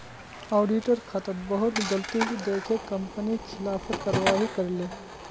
auditor खातात बहुत गलती दखे कंपनी खिलाफत कारवाही करले